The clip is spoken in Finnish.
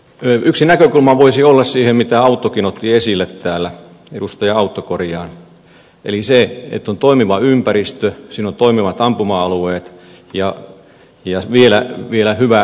yksi näkökulma siihen voisi olla se minkä edustaja auttokin otti esille täällä että on toimiva ympäristö on toimivat ampuma alueet ja vielä hyvä laajentumismahdollisuus varuskunnilla